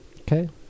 Okay